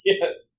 Yes